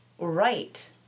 Right